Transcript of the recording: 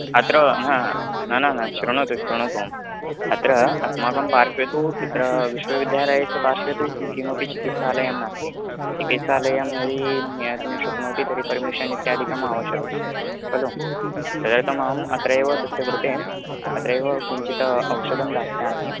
अत्र न न न न शृणोतु शृणोतु अत्र अस्माकं पार्श्वे तु अत्र विश्वविद्यालयस्य पार्श्वे तु किमपि चिकित्सालयं नास्ति चिकित्सालयं यदि नेतुं शक्नोमि तर्हि पर्मिषन् इत्यादिकम् आवष्यकता खलु तदर्थमहम् अत्रैव तस्य कृते अत्रैव किञ्चित् औषधम् दास्यामि